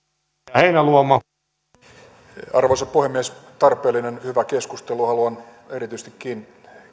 arvoisa puhemies tarpeellinen hy vä keskustelu haluan erityisestikin